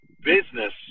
business